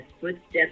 footsteps